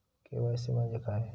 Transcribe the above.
KYC म्हणजे काय?